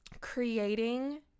creating